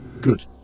good